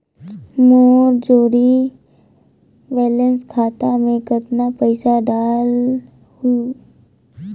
मोर zero balance खाता मे कतना पइसा डाल हूं?